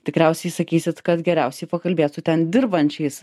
tikriausiai sakysit kad geriausiai pakalbėt su ten dirbančiais